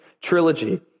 trilogy